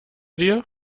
dir